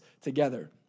together